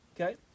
Okay